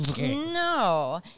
No